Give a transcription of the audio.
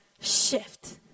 shift